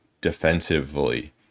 defensively